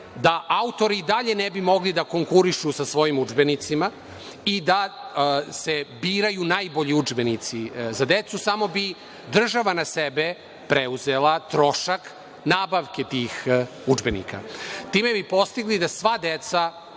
da autori i dalje ne bi mogli da konkurišu sa svojim udžbenicima i da se biraju najbolji udžbenici za decu, samo bi država na sebe preuzela trošak nabavke tih udžbenika Time bi postigli da sva deca